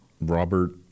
robert